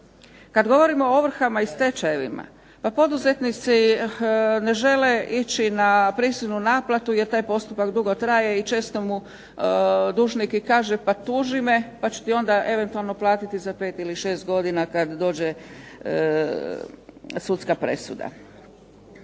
Kad govorimo o ovrhama i stečajevima pa poduzetnici ne žele ići na prisilnu naplatu jer taj postupak dugo traje i često mu dužnik i kaže pa tuži me pa ću ti onda eventualno platiti za pet ili šest godina kad dođe sudska presuda.